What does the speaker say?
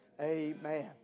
Amen